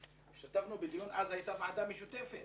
השתתפנו בדיון כזה, אבל אז הייתה ועדה משותפת